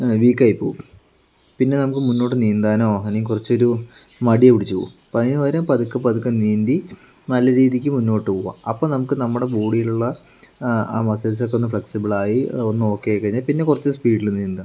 വീക്കായിപ്പോവും പിന്നെ നമുക്ക് മുന്നോട്ട് നീന്താനോ അല്ലെങ്കിൽ കുറച്ചൊരു മടി പിടിച്ച് പോകും അപ്പോൾ അതിനു പകരം പതുക്കെപ്പതുക്കെ നീന്തി നല്ല രീതിയ്ക്ക് മുന്നോട്ട് പോവുക അപ്പോൾ നമുക്ക് നമ്മുടെ ബോഡിലുള്ള ആ മസിൽസൊക്കെ ഒന്ന് ഫ്ലെക്സിബിളായി ഒന്ന് ഓക്കേ ആയിക്കഴിഞ്ഞാൽ പിന്നെ കുറച്ച് സ്പീഡിൽ നീന്താം